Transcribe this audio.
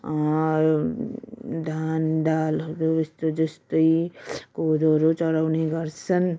धान दालहरू यस्तो जस्तै कोदोहरू चढाउने गर्छन्